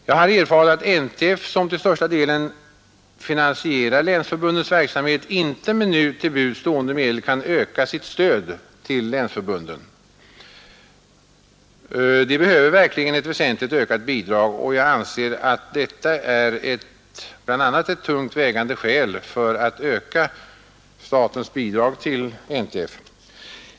Jag har erfarit att NTF, som till största delen finansierar länsförbun dens verksamhet, inte med nu till buds stående medel kan öka sitt stöd till länsförbunden. Dessa behöver verkligen ett väsentligt ökat bidrag, och jag anser att bl.a. detta är ett tungt vägande skäl för att öka statens bidrag till NTF.